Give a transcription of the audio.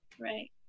right